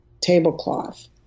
tablecloth